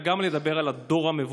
אלא גם על הדור המבוגר.